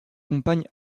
compagne